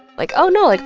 like, oh, no like,